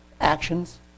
actions